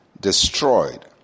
destroyed